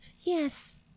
yes